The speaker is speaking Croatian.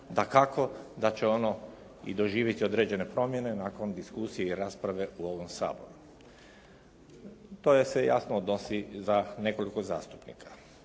Dakako da će ono doživjeti i određene promjene nakon diskusije i rasprave u ovom Saboru. To se jasno odnosi za nekoliko zastupnika.